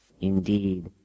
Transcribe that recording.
Indeed